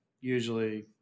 usually